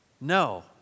No